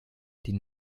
die